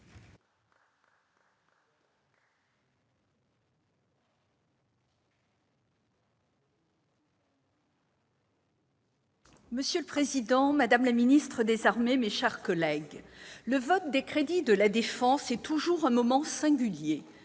Monsieur le président, madame la ministre, mes chers collègues, le vote des crédits de la défense est toujours un moment singulier,